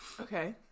Okay